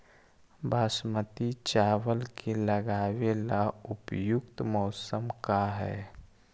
बासमती चावल के लगावे ला उपयुक्त मौसम का है?